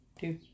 Two